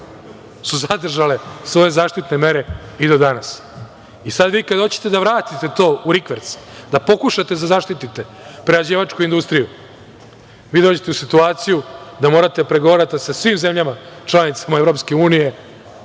su zadržale svoje zaštitne mere i do danas. Sad vi kad hoćete da vratite to u rikverc, da pokušate da zaštitite prerađivačku industriju, vi dođete u situaciju da morate da pregovarate sa svim zemljama članicama EU pojedinačno